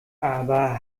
aber